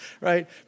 right